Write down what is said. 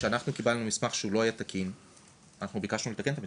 כשאנחנו קיבלנו מסמך שהוא לא תקין אנחנו ביקשנו לתקן את זה.